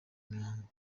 mihango